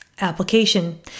Application